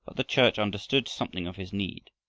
the church understood something of his need,